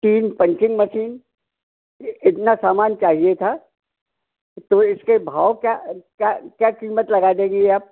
तीन punching machine ये इतना सामान चाहिए था तो इसके भाव क्या क्या क्या कीमत लगा देंगी आप